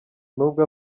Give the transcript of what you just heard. nubwo